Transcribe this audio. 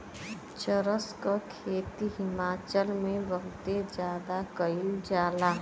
चरस क खेती हिमाचल में बहुते जादा कइल जाला